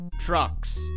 trucks